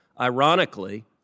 ironically